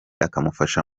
akamufasha